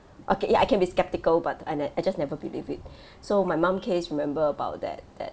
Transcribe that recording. okay ya I can be skeptical but I ne~ I just never believe it so my mum case remember about that